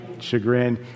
chagrin